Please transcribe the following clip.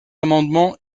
amendements